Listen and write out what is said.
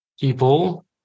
people